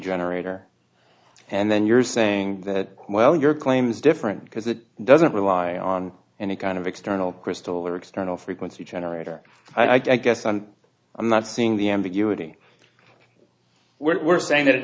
generator and then you're saying that well your claim is different because it doesn't rely on any kind of external crystal or external frequency generator i guess on i'm not seeing the ambiguity we're saying that it